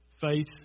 faith